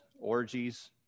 orgies